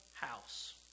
house